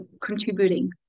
contributing